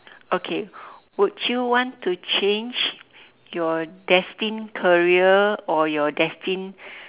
okay would you want to change your destined career or your destined